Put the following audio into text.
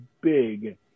big